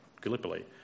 Gallipoli